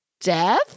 death